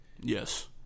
Yes